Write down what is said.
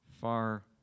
far